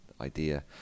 idea